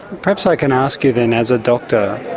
perhaps i could ask you then, as a doctor,